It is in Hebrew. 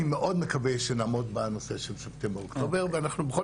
אני מאוד מקווה שנעמוד בנושא של ספטמבר-אוקטובר ואנחנו בכל